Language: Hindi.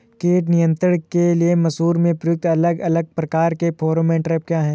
कीट नियंत्रण के लिए मसूर में प्रयुक्त अलग अलग प्रकार के फेरोमोन ट्रैप क्या है?